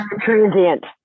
transient